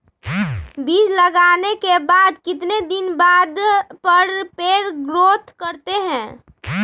बीज लगाने के बाद कितने दिन बाद पर पेड़ ग्रोथ करते हैं?